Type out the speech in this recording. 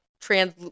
trans